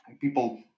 people